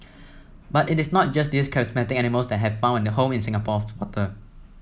but it is not just these charismatic animals that have found a home in Singapore's water